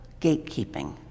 gatekeeping